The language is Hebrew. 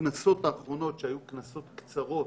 הכנסות האחרונות, שהיו כנסות קצרות,